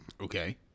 Okay